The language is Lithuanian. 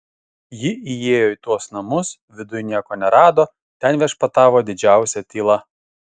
ji įėjo į tuos namus viduj nieko nerado ten viešpatavo didžiausia tyla